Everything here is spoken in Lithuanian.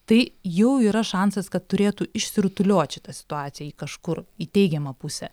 tai jau yra šansas kad turėtų išsirutuliot šita situacija į kažkur į teigiamą pusę